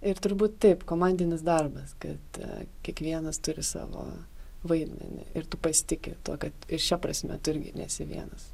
ir turbūt taip komandinis darbas kad kiekvienas turi savo vaidmenį ir tu pasitiki tuo kad ir šia prasme tu irgi nesi vienas